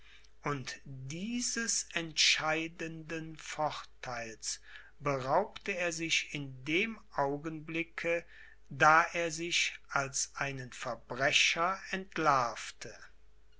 und dieses entscheidenden vortheils beraubte er sich selbst in dem augenblicke da er sich als einen verbrecher entlarvte